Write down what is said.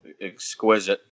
Exquisite